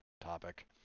topic